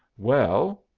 well,